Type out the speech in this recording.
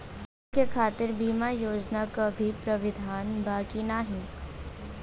फसल के खातीर बिमा योजना क भी प्रवाधान बा की नाही?